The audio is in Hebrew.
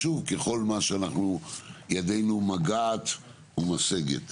שוב ככל מה שאנחנו ידינו מגעת ומשגת.